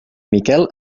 miquel